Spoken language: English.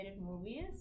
movies